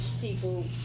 people